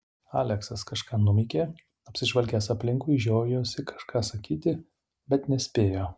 aleksas kažką numykė apsižvalgęs aplinkui žiojosi kažką sakyti bet nespėjo